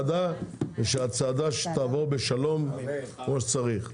ושהצעדה תעבור בשלום, כמו שצריך.